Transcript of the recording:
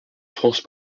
france